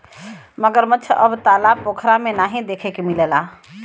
मगरमच्छ अब तालाब पोखरा में नाहीं देखे के मिलला